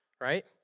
right